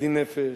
עדין נפש,